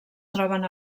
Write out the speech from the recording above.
troben